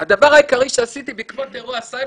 הדבר העיקרי שעשיתי בעקבות אירוע הסייבר,